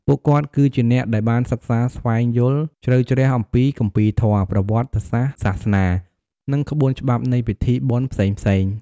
ពួកគាត់គឺជាអ្នកដែលបានសិក្សាស្វែងយល់ជ្រៅជ្រះអំពីគម្ពីរធម៌ ប្រវត្តិសាស្ត្រសាសនា និងក្បួនច្បាប់នៃពិធីបុណ្យផ្សេងៗ។